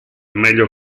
meglio